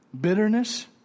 bitterness